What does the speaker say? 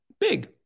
Big